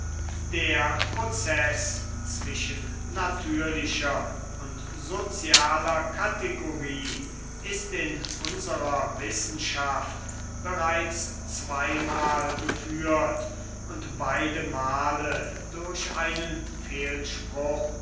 der prozeß zwischen natürlicher und sozialer kategorie ist in unserer wissenschaft bereits zweimal geführt und beide male durch einen